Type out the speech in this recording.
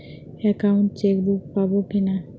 Account chequebook পাবো কি না?